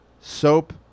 Soap